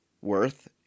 Worth